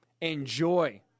Enjoy